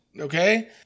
Okay